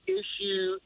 issue